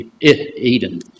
Eden